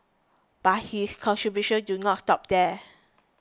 but his contributions do not stop there